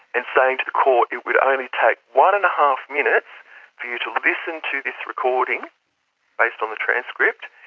and saying to be court it would only take one and a half minutes for you to listen to this recording based on the transcript,